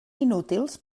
inútils